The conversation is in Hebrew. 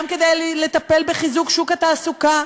גם כדי לטפל בחיזוק שוק התעסוקה,